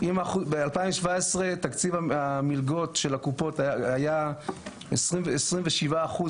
אם ב-2017 תקציב המלגות של הקופות היה 27 אחוז